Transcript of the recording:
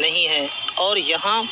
نہیں ہیں اور یہاں